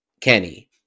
Kenny